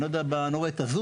אני לא רואה את הזום,